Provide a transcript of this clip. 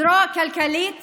הזרוע הכלכלית